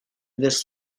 this